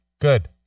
Good